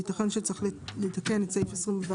ייתכן שצריך יהיה לתקן את סעיף 20ו